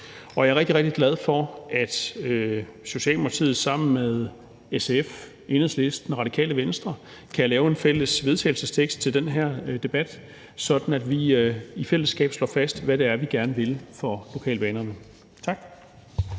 rigtig, rigtig glad for, at Socialdemokratiet sammen med SF, Enhedslisten og Radikale Venstre kan lave en fælles vedtagelsestekst til den her debat, sådan at vi i fællesskab slår fast, hvad det er, vi gerne vil for lokalbanerne. Tak.